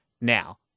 Now